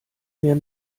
mehr